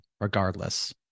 regardless